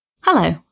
Hello